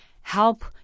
Help